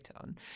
on